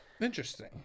Interesting